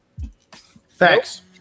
thanks